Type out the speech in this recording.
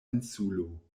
insulo